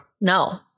No